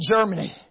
Germany